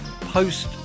post